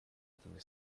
этими